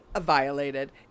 violated